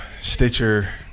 Stitcher